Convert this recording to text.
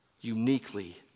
uniquely